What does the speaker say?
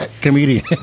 comedian